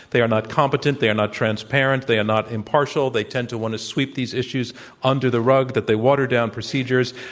they are not competent, they are not transparent they are not impartial, they tend to want to sweep these issues under the rug, that they water down procedures,